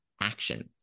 action